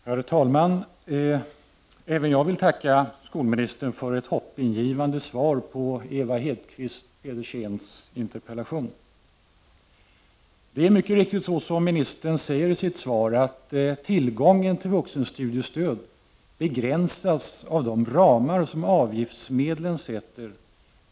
Herr talman! Även jag vill tacka skolministern för ett hoppingivande svar på Ewa Hedkvist Petersens interpellation. Det är mycket riktigt så som ministern säger i sitt svar: att tillgången till vuxenstudiestöd begränsas av de ramar som avgiftsmedlen sätter.